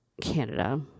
Canada